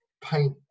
paint